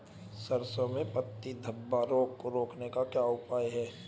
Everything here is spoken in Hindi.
सरसों में पत्ती धब्बा रोग को रोकने का क्या उपाय है?